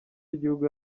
y’igihugu